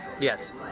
Yes